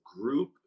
group